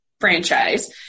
franchise